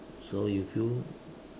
so you feel